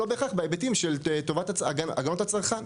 לא בהכרח בהיבטים של הגנות הצרכן.